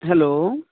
hello